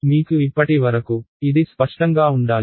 మీకు ఇప్పటి వరకు ఇది స్పష్టంగా ఉండాలి